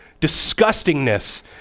disgustingness